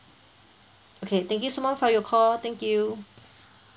okay thank you so much for your call thank you